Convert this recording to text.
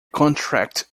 contract